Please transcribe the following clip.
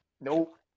Nope